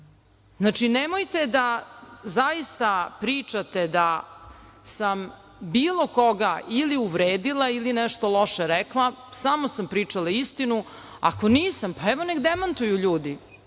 Znači, nemojte da zaista pričate da sam bilo koga ili uvredila ili nešto loše rekla, samo sam pričala istinu. Ako nisam, pa evo nek demantuju ljudi,